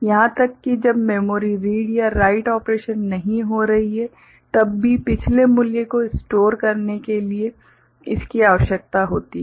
यहां तक कि जब मेमोरी रीड या राइट ऑपरेशन नहीं हो रही है तब भी पिछले मूल्य को स्टोर रखने के लिए इसकी आवश्यकता होती है